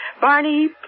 Barney